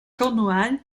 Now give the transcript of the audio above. cornouailles